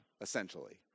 essentially